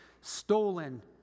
stolen